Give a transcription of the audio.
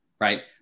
right